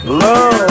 love